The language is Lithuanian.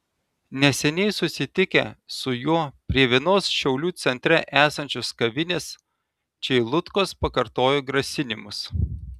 neseniai susitikę su juo prie vienos šiaulių centre esančios kavinės čeilutkos pakartojo grasinimus